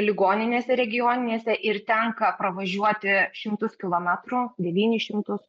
ligoninėse regioninėse ir tenka pravažiuoti šimtus kilometrų devynis šimtus